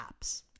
apps